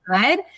good